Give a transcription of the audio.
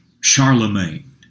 Charlemagne